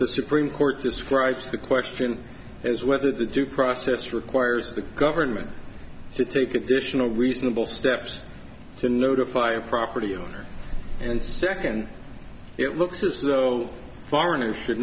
the supreme court describes the question is whether the due process requires the government to take additional reasonable steps to notify a property owner and second it looks as though foreigners should